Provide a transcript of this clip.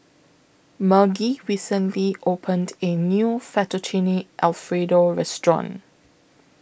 Margie recently opened A New Fettuccine Alfredo Restaurant